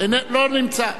לא נמצא.